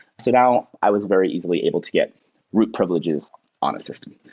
so now i was very easily able to get root privileges on a system.